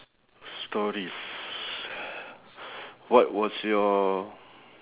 stories what was your